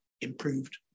improved